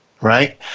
right